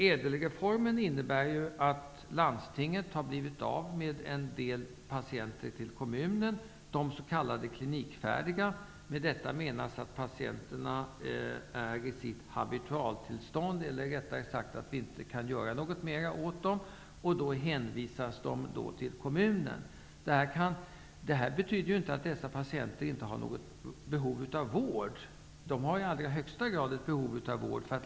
ÄDEL-reformen innebär att landstingen har blivit av med en del patienter till kommunerna -- s.k. klinikfärdiga patienter. Med detta menas att patienterna är i sitt habitualtillstånd, dvs. det går inte att göra något mer åt dem. Då hänvisas de till kommunen. Men det betyder inte att dessa patienter inte har något behov av vård. De har i allra högsta grad behov av vård.